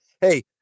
hey